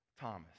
Thomas